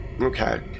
Okay